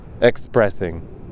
expressing